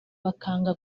bakanga